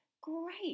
great